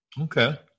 Okay